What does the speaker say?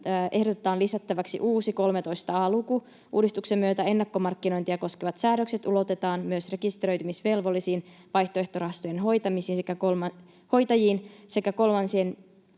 ehdotetaan lisättäväksi uusi 13 a luku. Uudistuksen myötä ennakkomarkkinointia koskevat säädökset ulotetaan myös rekisteröitymisvelvollisiin, vaihtoehtorahastojen hoitajiin sekä kolmansiin